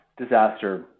disaster